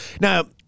now